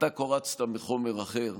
אתה קורצת מחומר אחר,